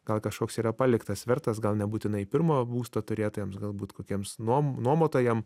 gal kažkoks yra paliktas svertas gal nebūtinai pirmo būsto turėtojams galbūt kokiems nuom nuomotojam